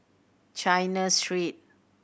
China Street